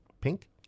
Pink